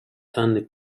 данный